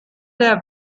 der